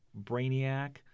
Brainiac